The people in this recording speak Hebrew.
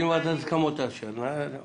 אם ועדת ההסכמות תאפשר --- מבחינתי,